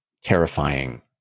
terrifying